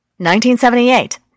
1978